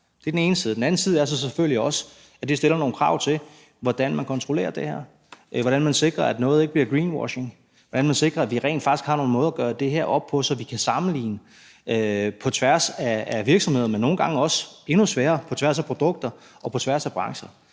På den anden side stiller det selvfølgelig også nogle krav til, hvordan man kontrollerer det her; hvordan man sikrer, at noget ikke bliver greenwashing; hvordan man sikrer, at vi rent faktisk har nogle måder at gøre det her op på, så vi kan sammenligne på tværs af virksomheder, men nogle gange også – og endnu sværere – på tværs af produkter og på tværs af brancher.